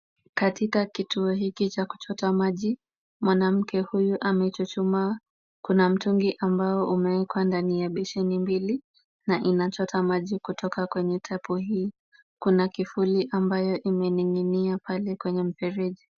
Katika kituo hiki cha kuchota maji, mwanamke huyu amechuchumaa. Kuna mtungi ambao umewekwa ndani ya besheni mbili na inachota maji kutoka kwenye tapu hii. Kuna kufuli ambayo imening'inia pale kwenye mfereji.